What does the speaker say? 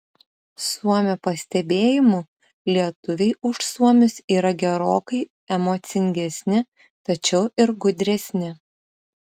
suomio pastebėjimu lietuviai už suomius yra gerokai emocingesni tačiau ir gudresni